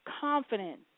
confident